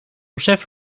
chef